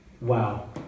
Wow